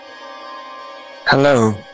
Hello